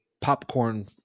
popcorn